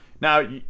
Now